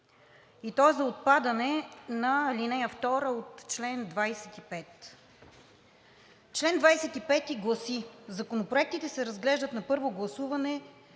е за отпадане на ал. 2 от чл. 25. Член 25 гласи: „Законопроектите се разглеждат на първо гласуване